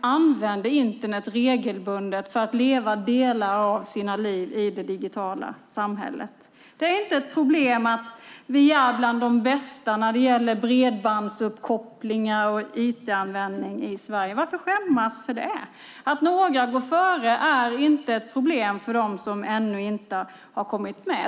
använder Internet regelbundet för att leva delar av sina liv i det digitala samhället? Det är inte ett problem att vi i Sverige är bland de bästa när det gäller bredbandsuppkoppling och IT-användning. Varför skämmas över det? Att några går före är inte ett problem för dem som ännu inte har kommit med.